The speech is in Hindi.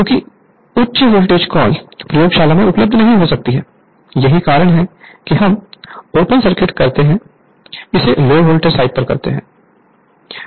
क्योंकि उच्च वोल्टेज कॉल प्रयोगशाला में उपलब्ध नहीं हो सकती है यही कारण है कि हम ओपन सर्किट करते हैं इसे लो वोल्टेज साइड पर करते हैं